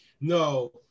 No